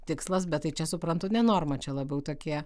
tikslas bet tai čia suprantu ne norma čia labiau tokie